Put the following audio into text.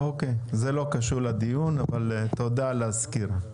זה לא קשור לדיון, אבל תודה על הסקירה.